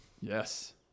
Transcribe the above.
Yes